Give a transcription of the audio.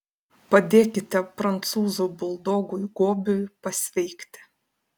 padėkite prancūzų buldogui gobiui pasveikti